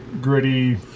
gritty